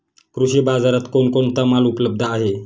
कृषी बाजारात कोण कोणता माल उपलब्ध आहे?